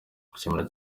ndashimira